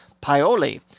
Paoli